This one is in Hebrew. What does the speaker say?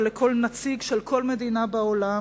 ואומר את זה לכל נציג של כל מדינה בעולם,